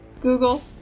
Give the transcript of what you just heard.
Google